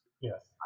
Yes